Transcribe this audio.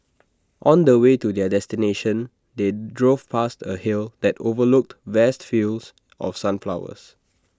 on the way to their destination they drove past A hill that overlooked vast fields of sunflowers